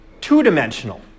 two-dimensional